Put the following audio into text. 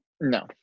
no